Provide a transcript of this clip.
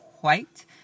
white